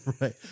Right